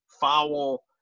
foul